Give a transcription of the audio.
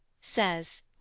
says